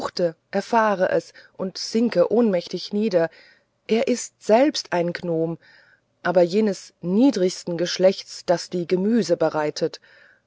erfahr es und sinke ohnmächtig nieder er ist selbst ein gnome aber jenes niedrigsten geschlechts das die gemüse bereitet